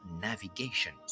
navigation